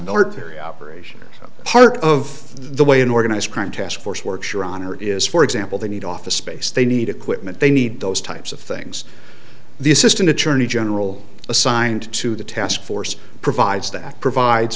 military operation or part of the way an organized crime task force works your honor is for example they need office space they need equipment they need those types of things the assistant attorney general assigned to the task force provides the act provides